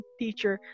teacher